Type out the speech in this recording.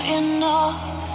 enough